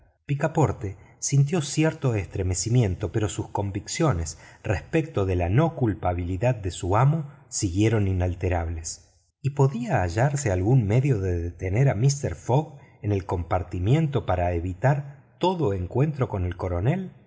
picaporte sintió cierto estremecimiento pero sus convicciones respecto de la no culpabilidad de su amo siguieron inalterables y podía hallarse algún medio de detener a mister fogg en el compartimento para evitar todo encuentro con el coronel